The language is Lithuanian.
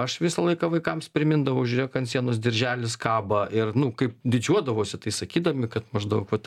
aš visą laiką vaikams primindavau žiūrėk ant sienos dirželis kaba ir nu kaip didžiuodavosi tai sakydami kad maždaug vat